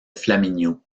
flaminio